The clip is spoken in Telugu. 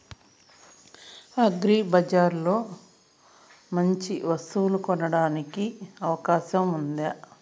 అగ్రిబజార్ లో మంచి వస్తువు కొనడానికి అవకాశం వుందా?